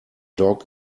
dog